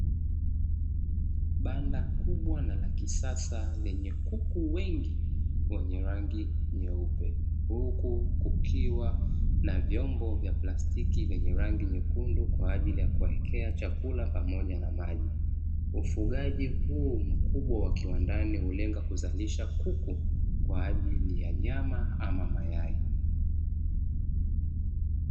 Banda kubwa na la kisasa lenye kuku wengiwenye rangi nyeupe, huku kukiwa na vyombo vya plastiki vyenye rangi nyekundu kwa ajili ya kuwawekea chakula pamoja na maji; ufugaji huu mkubwa wa kiwandani hulenga kuzalisha kuku kwa ajili ya nyama ama mayai.